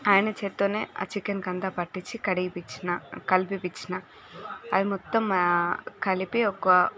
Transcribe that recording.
ఆయన చేతితోనే ఆ చికెన్కి అంతా పట్టించి కడిగిపించినా కలిపించినా అది మొత్తం కలిపి ఒక